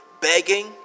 begging